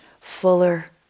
fuller